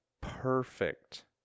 perfect